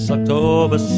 October